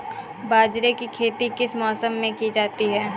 बाजरे की खेती किस मौसम में की जाती है?